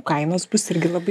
kainos bus irgi labai